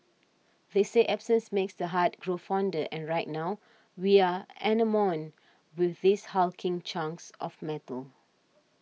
they say absence makes the heart grow fonder and right now we are enamoured with these hulking chunks of metal